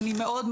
אני מאוד,